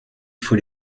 faut